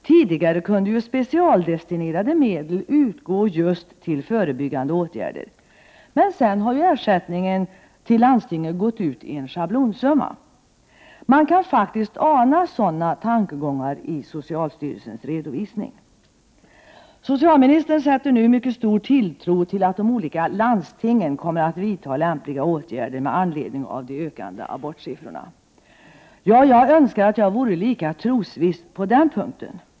Tidigare kunde ju specialdestinerade medel utgå just till förebyggande åtgärder, men sedan har ersättningen till landstingen utgått i form av en schablonsumma. Man kan faktiskt ana sådana tankegångar i socialstyrelsens redovisning. Socialministern sätter mycket stor tilltro till att de olika landstingen kommer att vidta lämpliga åtgärder med anledning av de ökande abortsiffrorna. Jag önskar att jag kunde vara lika trosviss på den punkten.